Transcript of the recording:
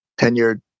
tenured